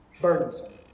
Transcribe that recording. burdensome